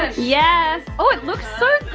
yes, oh it looks so